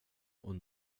och